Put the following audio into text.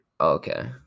okay